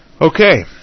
Okay